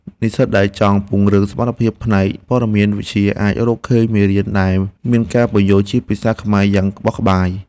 និស្សិតដែលចង់ពង្រឹងសមត្ថភាពផ្នែកព័ត៌មានវិទ្យាអាចរកឃើញមេរៀនដែលមានការពន្យល់ជាភាសាខ្មែរយ៉ាងក្បោះក្បាយ។